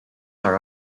are